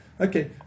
Okay